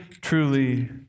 truly